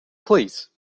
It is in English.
please